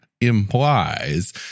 implies